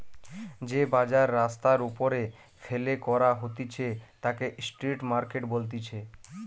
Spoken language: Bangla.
যে বাজার রাস্তার ওপরে ফেলে করা হতিছে তাকে স্ট্রিট মার্কেট বলতিছে